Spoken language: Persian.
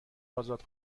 آزاد